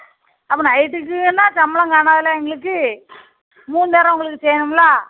அப்போ நைட்டுக்குனால் சம்பளம் காணாதுல்ல எங்களுக்கு மூணு நேரம் உங்களுக்கு செய்யணுமிலா